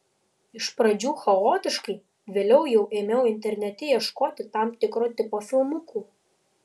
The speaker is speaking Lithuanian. iš pradžių chaotiškai vėliau jau ėmiau internete ieškoti tam tikro tipo filmukų